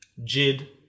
Jid